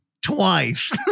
twice